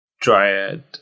dryad